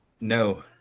No